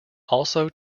also